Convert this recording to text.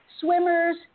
Swimmers